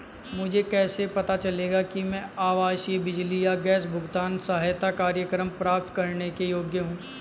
मुझे कैसे पता चलेगा कि मैं आवासीय बिजली या गैस भुगतान सहायता कार्यक्रम प्राप्त करने के योग्य हूँ?